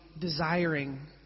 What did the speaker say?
desiring